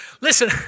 Listen